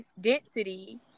density